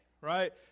right